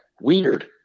Weird